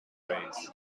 rays